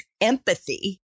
empathy